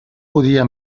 podia